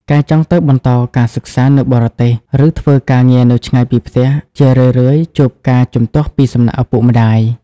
ការចង់ទៅបន្តការសិក្សានៅបរទេស ឬធ្វើការងារនៅឆ្ងាយពីផ្ទះ ជារឿយៗជួបការជំទាស់ពីសំណាក់ឪពុកម្តាយ។